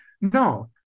no